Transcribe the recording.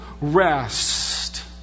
rest